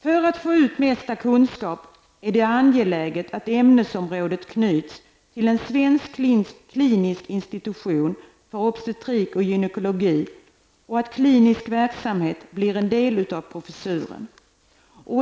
För att få ut så mycket kunskap som möjligt är det angeläget att ämnesområdet knyts till en svensk klinisk institution för obstetrik och gynekologi samt att klinisk verksamhet utgör en del av professuren.